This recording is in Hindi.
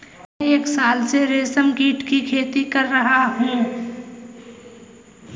मैं एक साल से रेशमकीट की खेती कर रहा हूँ